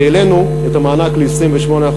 והעלינו את המענק ל-28%.